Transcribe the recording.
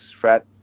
frat